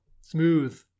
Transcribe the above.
smooth